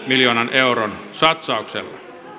miljoonan euron satsauksella